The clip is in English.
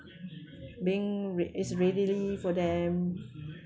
being rea~ is readily for them